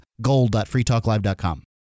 gold.freetalklive.com